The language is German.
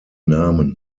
namen